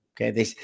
Okay